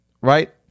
Right